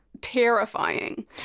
Terrifying